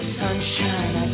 sunshine